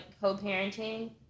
co-parenting